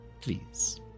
Please